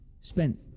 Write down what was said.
spent